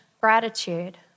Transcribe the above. gratitude